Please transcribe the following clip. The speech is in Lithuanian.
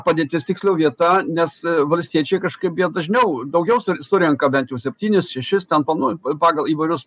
padėtis tiksliau vieta nes valstiečiai kažkaip jie dažniau daugiau su surenka bent septynis šešis ten pagal įvairius